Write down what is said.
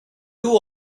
two